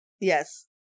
Yes